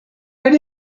right